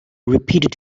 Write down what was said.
repeated